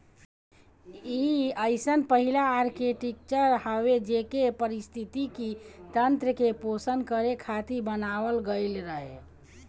इ अइसन पहिला आर्कीटेक्चर हवे जेके पारिस्थितिकी तंत्र के पोषण करे खातिर बनावल गईल रहे